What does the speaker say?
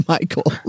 Michael